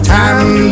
time